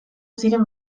ziren